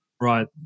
Right